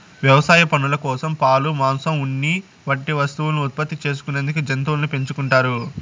వ్యవసాయ పనుల కోసం, పాలు, మాంసం, ఉన్ని వంటి వస్తువులను ఉత్పత్తి చేసుకునేందుకు జంతువులను పెంచుకుంటారు